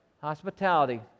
Hospitality